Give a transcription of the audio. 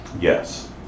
Yes